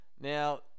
Now